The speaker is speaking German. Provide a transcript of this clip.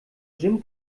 jim